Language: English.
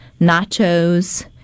nachos